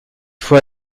fois